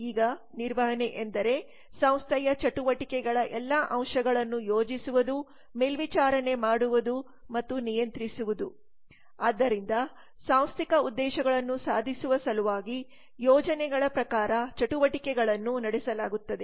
ಈಗ ನಿರ್ವಹಣೆ ಎಂದರೆ ಸಂಸ್ಥೆಯ ಚಟುವಟಿಕೆಗಳ ಎಲ್ಲಾ ಅಂಶಗಳನ್ನು ಯೋಜಿಸುವುದು ಮೇಲ್ವಿಚಾರಣೆ ಮಾಡುವುದು ಮತ್ತು ನಿಯಂತ್ರಿಸುವು ಆದ್ದರಿಂದ ಸಾಂಸ್ಥಿಕ ಉದ್ದೇಶಗಳನ್ನು ಸಾಧಿಸುವ ಸಲುವಾಗಿ ಯೋಜನೆಗಳ ಪ್ರಕಾರ ಚಟುವಟಿಕೆಗಳನ್ನು ನಡೆಸಲಾಗುತ್ತದೆ